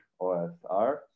OSR